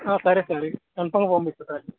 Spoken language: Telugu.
మ్మ్ సరే సరే అంతా బావుందిక్కడ